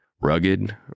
Rugged